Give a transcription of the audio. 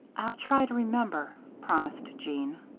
i'll try to remember, promised jeanne.